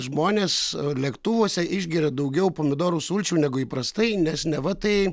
žmonės lėktuvuose išgeria daugiau pomidorų sulčių negu įprastai nes neva tai